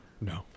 No